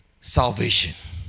salvation